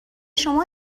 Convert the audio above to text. شما